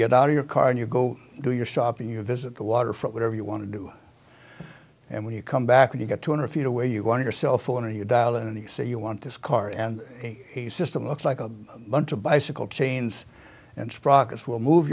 get out of your car and you go do your shopping you visit the waterfront whatever you want to do and when you come back and you get two hundred feet away you want your cell phone or you dial in and say you want this car and system looks like a bunch of bicycle chains and